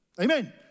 Amen